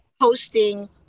hosting